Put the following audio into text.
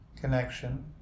connection